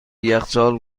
یخچال